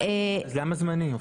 אז למה זמנית?